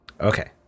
Okay